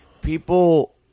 people